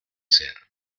ser